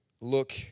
look